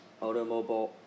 automobile